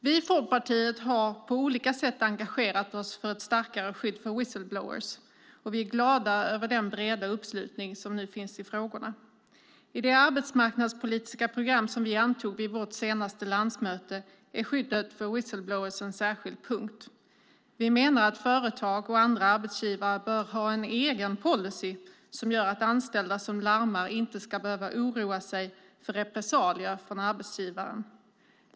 Vi i Folkpartiet har på olika sätt engagerat oss för ett starkare skydd för whistle-blowers, och vi är glada över den breda uppslutning som nu finns i frågorna. I det arbetsmarknadspolitiska program som vi antog vid vårt senaste landsmöte är skyddet för whistle-blowers en särskild punkt. Vi menar att företag och andra arbetsgivare bör ha en egen policy som gör att anställda som larmar inte ska behöva oroa sig för repressalier från arbetsgivaren.